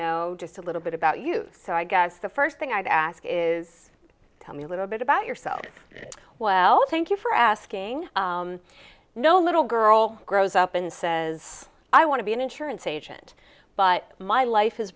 know just a little bit about you so i guess the first thing i'd ask is tell me a little bit about yourself well thank you for asking i know little girl grows up and says i want to be an insurance agent but my life has